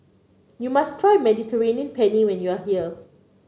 you must try Mediterranean Penne when you are here